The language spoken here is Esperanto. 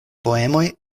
poemoj